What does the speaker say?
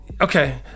Okay